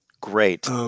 Great